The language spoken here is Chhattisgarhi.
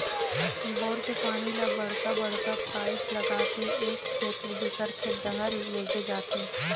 बोर के पानी ल बड़का बड़का पाइप लगा के एक खेत ले दूसर खेत डहर लेगे जाथे